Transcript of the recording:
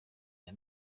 aya